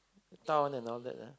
town and all that ah